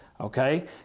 Okay